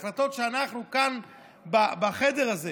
החלטות שאנחנו כאן בחדר הזה